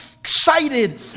excited